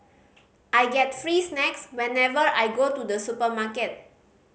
I get free snacks whenever I go to the supermarket